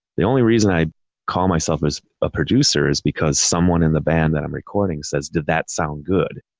the only reason i call myself as a producer is because someone in the band that i'm recording says, did that sound good?